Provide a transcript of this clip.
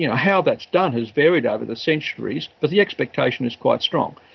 you know how that's done has varied over the centuries, but the expectation is quite strong.